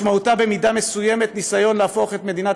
משמעותה במידה מסוימת ניסיון להפוך את מדינת